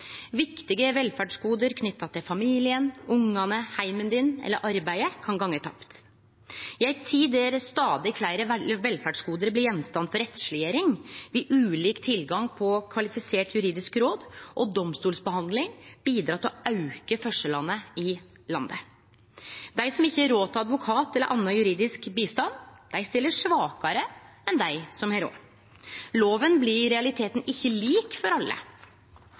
Viktige velferdsgode knytte til familien, ungane, heimen din eller arbeidet kan gå tapt. I ei tid då stadig fleire velferdsgode blir gjenstand for rettsleggjering, vil ulik tilgang på kvalifiserte juridiske råd og domstolsbehandling bidra til å auke forskjellane i landet. Dei som ikkje har råd til advokat eller annan juridisk bistand, stiller svakare enn dei som har råd. Loven blir i realiteten ikkje lik for alle.